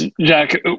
Jack